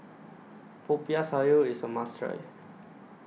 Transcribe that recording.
Popiah Sayur IS A must Try